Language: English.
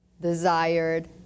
Desired